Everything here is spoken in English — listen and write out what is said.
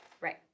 Right